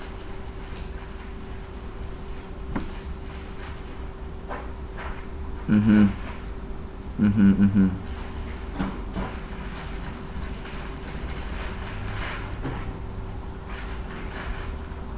mmhmm mmhmm mmhmm